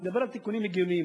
אני מדבר על תיקונים הגיוניים.